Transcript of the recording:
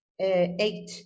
eight